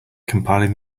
compiling